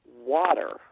water